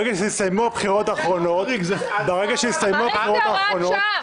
ברגע שהסתיימו הבחירות האחרונות החוק חזר --- הוראת השעה